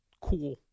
cool